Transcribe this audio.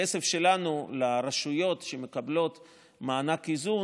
הכסף שלנו לרשויות שמקבלות מענק איזון